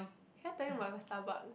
can I tell you my my Starbucks